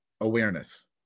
Awareness